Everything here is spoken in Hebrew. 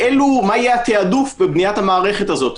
ומה יהיה התעדוף בבניית המערכת הזאת,